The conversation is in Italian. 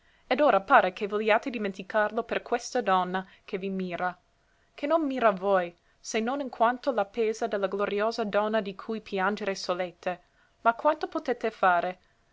ed ora pare che vogliate dimenticarlo per questa donna che vi mira che non mira voi se non in quanto le pesa de la gloriosa donna di cui piangere solete ma quanto potete fate